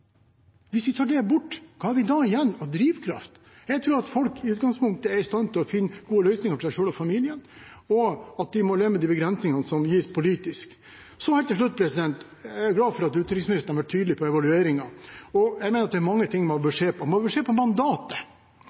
Hvis vi tar det bort, hva har vi da igjen av drivkraft? Jeg tror at folk i utgangspunktet er i stand til å finne gode løsninger for seg selv og familien, og så må de leve med de begrensningene som gis politisk. Så helt til slutt: Jeg er glad for at utenriksministeren var tydelig på evalueringene. Jeg mener at det er mange ting man bør se på. Man bør se på mandatet